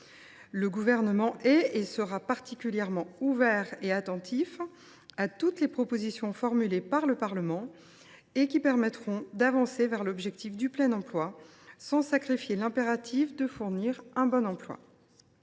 Le Gouvernement est particulièrement ouvert et attentif – et il restera – à toutes les propositions formulées par le Parlement et qui permettront d’avancer vers l’objectif du plein emploi, sans sacrifier l’impératif de fournir un « bon emploi